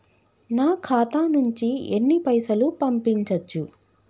నా ఖాతా నుంచి ఎన్ని పైసలు పంపించచ్చు?